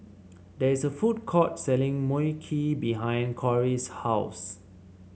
there is a food court selling Mui Kee behind Cori's house